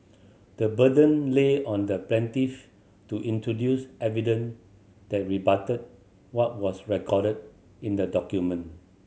the burden lay on the plaintiff to introduce evidence that rebutted what was recorded in the document